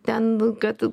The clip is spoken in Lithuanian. ten kad